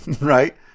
right